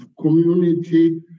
community